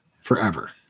forever